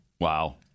Wow